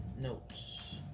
notes